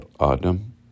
Adam